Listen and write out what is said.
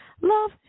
Love